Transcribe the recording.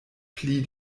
pli